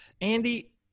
Andy